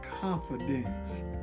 confidence